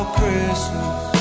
Christmas